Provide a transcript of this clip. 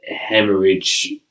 hemorrhage